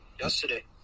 yesterday